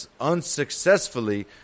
unsuccessfully